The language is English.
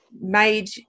made